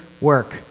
work